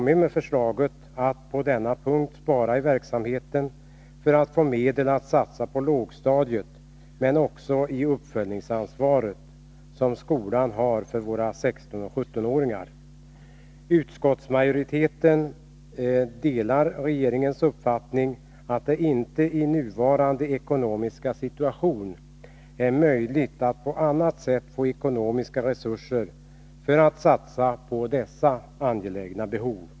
Det är SÖ som på denna punkt har föreslagit besparingar i verksamheten för att få medel till satsningar på lågstadiet och även pengar för att klara det uppföljningsansvar som skolan har för 16 och 17-åringarna. Utskottsmajoriteten delar regeringens uppfattning att det i nuvarande ekonomiska situation inte är möjligt att på annat sätt få ekonomiska resurser för att tillgodose dessa angelägna behov.